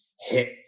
hit